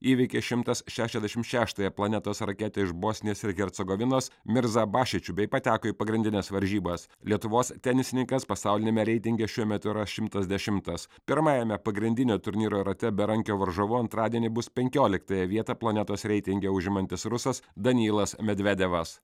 įveikė šimtas šešiasdešimt šeštąją planetos raketę iš bosnijos ir hercogovinos mirza bašyčiu bei pateko į pagrindines varžybas lietuvos tenisininkas pasauliniame reitinge šiuo metu yra šimtas dešimtas pirmajame pagrindinio turnyro rate berankio varžovu antradienį bus penkioliktąją vietą planetos reitinge užimantis rusas danilas medvedevas